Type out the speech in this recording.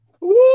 Woo